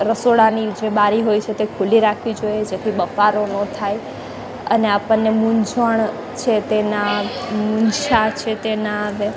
રસોડાની જે બારી હોય છે તે ખુલ્લી રાખવી જોઈએ જેથી બફારો ન થાય અને આપણને મૂંઝવણ છે તેના નિશાન છે તે ના આવે